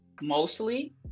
mostly